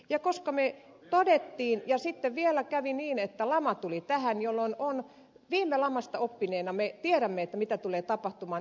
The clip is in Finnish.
ja me totesimme että sitten vielä kävi niin että lama tuli tähän jolloin viime lamasta oppineena me tiedämme mitä tulee tapahtumaan